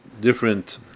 different